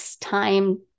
time